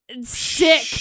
sick